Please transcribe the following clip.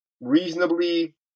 reasonably